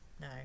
no